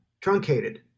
truncated